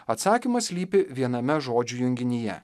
atsakymas slypi viename žodžių junginyje